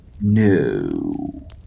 No